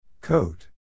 Coat